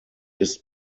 ist